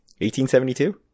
1872